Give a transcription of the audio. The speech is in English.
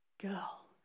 girl